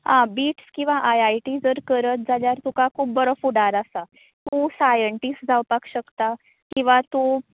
आं बीट्स किंवां I I T जर करत जाल्यार तुका खूब बरो फुडार आसा तूं सायंटिस्ट जावपाक किंवां तूं